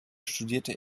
studierte